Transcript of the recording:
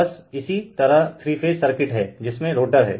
बस इसी तरह थ्री फेज सर्किट हैं जिसमे रोटर हैं